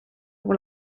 pour